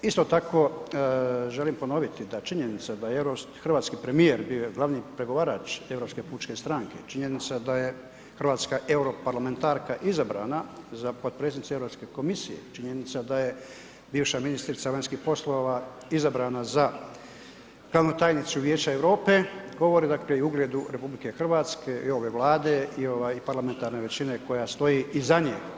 Isto tako želim ponoviti da činjenica da hrvatski premijer bio je glavni pregovarač Europske pučke stranke, činjenica da je hrvatska europarlamentarka izabrana za potpredsjednicu Europske komisije, činjenica da je bivša ministrica vanjskih poslova izabrana za glavnu tajnicu Vijeća Europe govori dakle i o ugledu RH i ove Vlade i ovaj parlamentarne većine koja stoji iza nje.